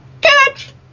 Catch